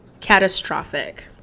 catastrophic